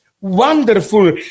wonderful